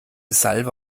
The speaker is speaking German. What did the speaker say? salve